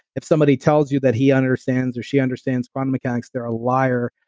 if somebody tells you that he understands or she understands quantum mechanics, they're a liar.